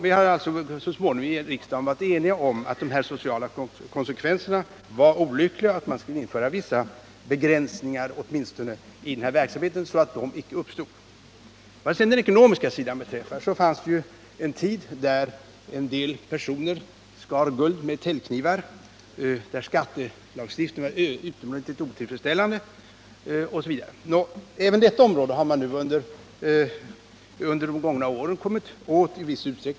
Vi har i riksdagen så småningom blivit eniga om att de sociala konsekvenserna av automatspel var olyckliga och att man skulle införa åtminstone vissa begränsningar i denna spelverksamhet, så att dessa konsekvenser inte uppstod. Vad den ekonomiska sidan beträffar fanns det en tid då en del personer skar guld med täljknivar, då skattelagstiftningen var utomordentligt otillfredsställande osv. På det området har man under de gångna åren kommit åt missförhållandena.